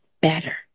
better